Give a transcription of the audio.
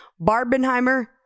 Barbenheimer